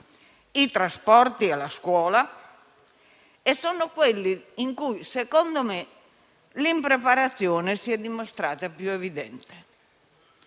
i trasporti e la scuola. Sono i settori dove, secondo me, l'impreparazione si è dimostrata più evidente.